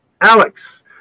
alex